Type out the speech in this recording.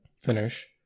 finish